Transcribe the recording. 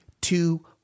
two